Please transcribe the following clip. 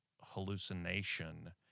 hallucination